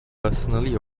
personally